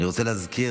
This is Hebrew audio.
אני רוצה להזכיר,